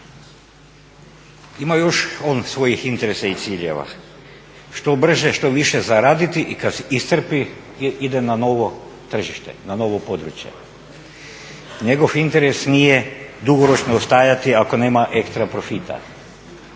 ima još on svojih interesa i ciljeva, što brže, što više zaraditi i kad se iscrpi ide na novo tržište, na novo područje. Njegov interes nije dugoročno ostajati ako nema ekstra profita.